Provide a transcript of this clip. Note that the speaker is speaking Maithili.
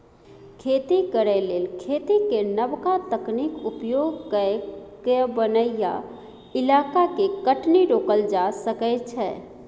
खेती करे लेल खेती केर नबका तकनीक उपयोग कए कय बनैया इलाका के कटनी रोकल जा सकइ छै